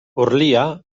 urlia